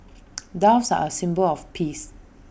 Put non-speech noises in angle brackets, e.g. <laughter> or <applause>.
<noise> doves are A symbol of peace